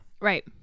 Right